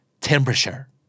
temperature